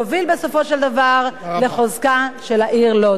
יובילו בסופו של דבר לחוזקה של העיר לוד.